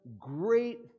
great